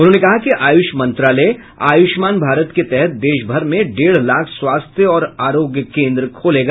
उन्होंने कहा कि आयुष मंत्रालय आयुष्मान भारत के तहत देशभर में डेढ़ लाख स्वास्थ्य और आरोग्य केंद्र खोलेगा